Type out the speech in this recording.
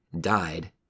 died